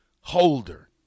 holder